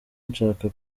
nshaka